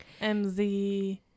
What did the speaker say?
MZ